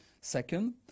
Second